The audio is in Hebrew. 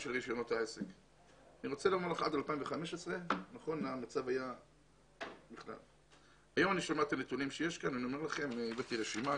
2015. היום אני שומע את הנתונים שיש כאן הבאתי רשימה,